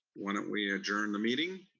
why don't we adjourn the meeting.